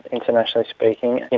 internationally speaking.